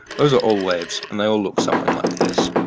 those are all waves, and they all look something like this.